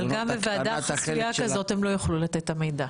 אבל גם בוועדה חסויה כזאת הם לא יוכלו לתת את המידע.